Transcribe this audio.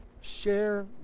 Share